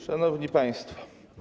Szanowni Państwo!